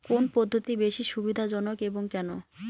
কোন পদ্ধতি বেশি সুবিধাজনক এবং কেন?